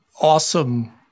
awesome